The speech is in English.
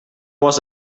was